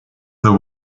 the